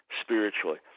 spiritually